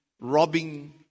robbing